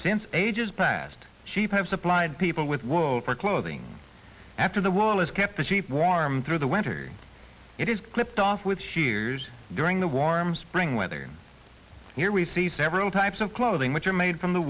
since ages past sheep have supplied people with wool for clothing after the wool is kept the sheep warm through the winter it is clipped off with shears during the warm spring weather here we see several types of clothing which are made from the